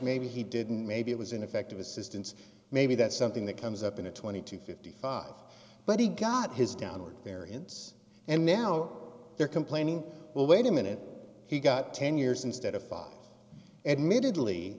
maybe he didn't maybe it was ineffective assistance maybe that's something that comes up in a twenty two fifty five but he got his downward variance and now they're complaining well wait a minute he got ten years instead of five admittedly